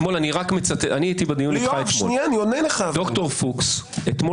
אתמול הייתי בדיון ודוקטור פוקס שם את הדברים על השולחן.